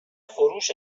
فروش